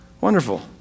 Wonderful